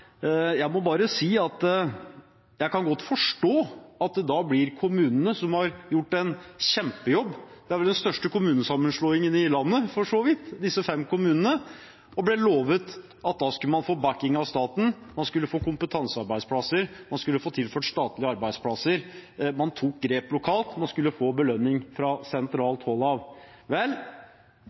Jeg må bare si at jeg kan godt forstå kommunene som har gjort en kjempejobb – det er vel den største kommunesammenslåingen i landet, for så vidt, disse fem kommunene – og ble lovet at da skulle man få backing av staten, man skulle få kompetansearbeidsplasser, man skulle få tilført statlige arbeidsplasser. Man tok grep lokalt, og man skulle få belønning fra sentralt hold. Vel,